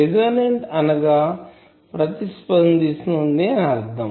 resonant అనగా ప్రతిస్పందింస్తుంది అని అర్ధం